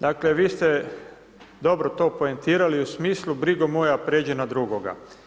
Dakle vi ste dobro to poentirali u smislu brigo moja pređi na drugoga.